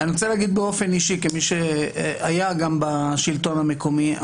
באופן אישי כמי שהיה גם בשלטון המקומי,